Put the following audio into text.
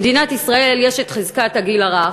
במדינת ישראל יש חזקת הגיל הרך.